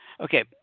okay